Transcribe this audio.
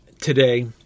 Today